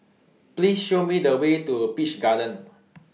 Please Show Me The Way to Peach Garden